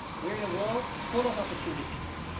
we're in a world full of opportunities.